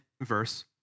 verse